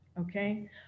Okay